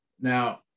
Now